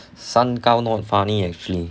三高 not funny actually